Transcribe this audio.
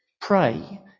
Pray